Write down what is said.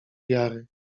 jary